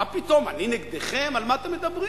מה פתאום, אני נגדכם, על מה אתם מדברים?